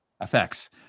effects